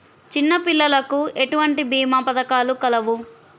చిన్నపిల్లలకు ఎటువంటి భీమా పథకాలు కలవు?